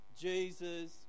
Jesus